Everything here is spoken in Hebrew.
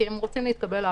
כי הם רוצים להתקבל לעבודה.